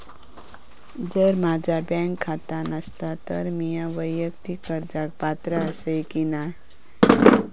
जर माझा बँक खाता नसात तर मीया वैयक्तिक कर्जाक पात्र आसय की नाय?